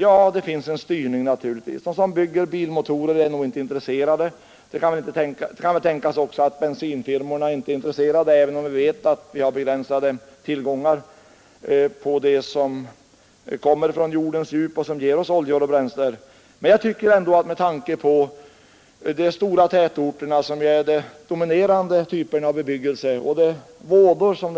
Ja, det sker naturligtvis en styrning. De som bygger bilmotorer är inte intresserade. Det kan väl också tänkas att bensinfir morna inte är intresserade, även om vi vet att tillgångarna på olja som kommer från jordens djup är begränsade. Med tanke på de stora tätorterna, som ju är den dominerande delen av bebyggelsen, och de vådor som